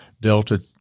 Delta